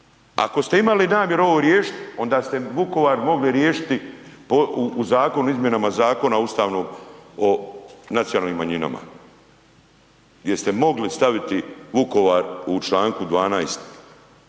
Ako ste imali namjeru ovo riješiti onda ste Vukovar mogli riješiti u zakonu o izmjenama Zakona o ustavnom o nacionalnim manjinama, gdje ste mogli staviti Vukovar u Članku 12.